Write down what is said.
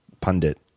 pundit